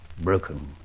broken